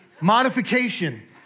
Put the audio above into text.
modification